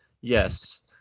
yes